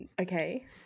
Okay